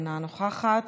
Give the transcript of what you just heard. אינה נוכחת,